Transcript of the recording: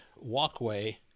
walkway